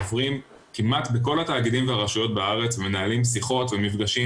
עוברים כמעט בכל התאגידים והרשויות בארץ ומנהלים שיחות ומפגשים,